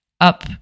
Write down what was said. up